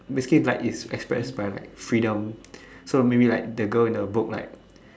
escape like is expressed by like freedom so maybe like the girl in the book like